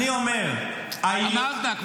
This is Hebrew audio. אני אומר --- כבר אמרת.